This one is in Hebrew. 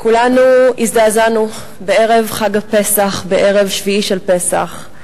כולנו הזדעזענו בערב חג הפסח, בערב שביעי של פסח,